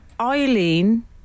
Eileen